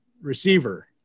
receiver